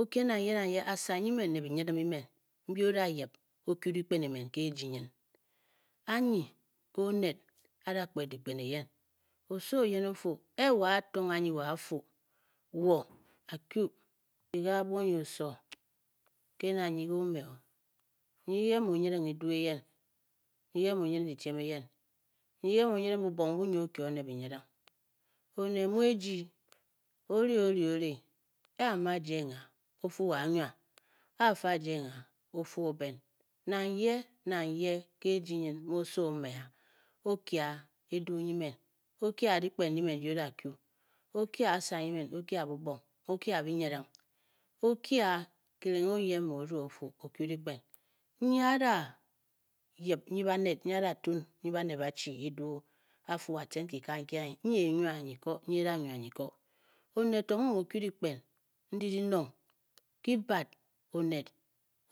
o-kye nang yee nang asa nyi e men ne byinyiding mbyi emen mbyí o dayip o-kyu dyikpen emen ke ejii nyin. anyi nke onet o da kpet dyikpen eyen, osowo oyen o-fu, a wo a-tong a nyi wo a-fu, wo a-kyu ke abwo nyi osowo ke na nyi nke o- me o, nyi nke- mu o nyiding edu eyen, nyi nke mu o-nyiding dyityem eyen, nyi nke mu o nyiging bubong mbu nyi o-kye o ne binyiding Onet mu ejii o-ri ng o ori ori. A amu a-jeng a. o fu wo a nwa afi a-jeng a. o fu wo o-ben. nang yee nang yee ke ejii nyin mu osowo o-mee a, o-kye a edu nyi men, o-kye a dyikpen ndi men nki o da kyu, o-kye a asa nyi men, o-kye a bubong, o-kye a binyiding, o-kye a kireng oyen mu o rung o fu o kyu dyikpen. nyi a da yip nyi baned, a da tuun nyi baned ba-chi eduu, a fu a- tcen kika nki anyi. nyi e e nwa nyi ko, nyi e da nwa nyi ko oned to mu mu o-kyu u dyikpen ndyi dyinong kyibat oned